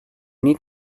need